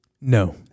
no